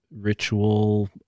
ritual